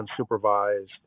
unsupervised